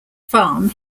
farm